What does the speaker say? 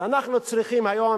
ואנחנו צריכים היום,